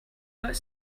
got